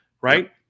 right